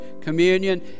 communion